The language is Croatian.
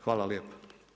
Hvala lijepa.